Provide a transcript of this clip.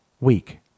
weak